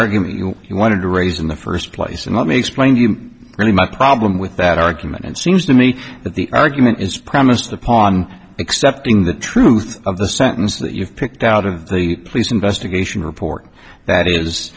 argument you know he wanted to raise in the first place and let me explain to you really my problem with that argument and seems to me that the argument is premised upon accepting the truth of the sentence that you've picked out of the police investigation report that is